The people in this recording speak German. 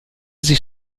sich